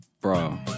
Bro